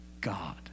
God